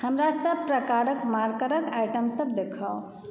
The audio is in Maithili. हमरा सभ प्रकारक मार्करक आइटमसभ देखाउ